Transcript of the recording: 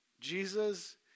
Jesus